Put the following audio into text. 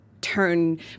turn